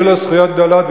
היו לו זכויות גדולות.